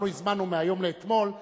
אנחנו הזמנו מאתמול להיום,